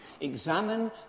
Examine